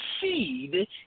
seed